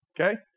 okay